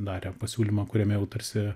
darė pasiūlymą kuriame jau tarsi